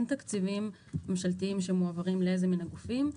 אין תקציבים ממשלתיים שמועברים למי מן הגופים.